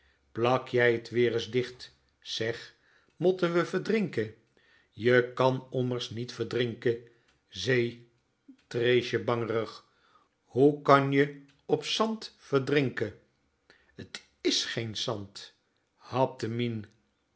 plak jij t weer is dicht seg motte we verdrinke je kan ommers niet verdrinke zee treesje bangerig hoe kan je op sand verdrinke t i s geen sand hapte